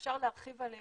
שאני מציעה להרחיב עליהם